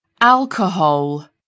alcohol